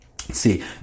See